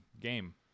game